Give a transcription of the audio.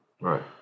Right